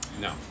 No